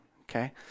okay